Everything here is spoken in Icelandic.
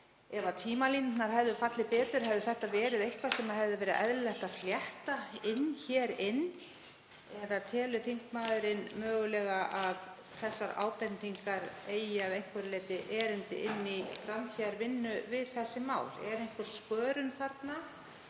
Ef tímalínurnar hefðu fallið betur hefði þetta verið eitthvað sem hefði verið eðlilegt að flétta hér inn? Eða telur þingmaðurinn mögulega að þessar ábendingar eigi að einhverju leyti erindi inn í framtíðarvinnu við þessi mál? Er einhver skörun þarna?